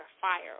fire